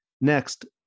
Next